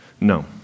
No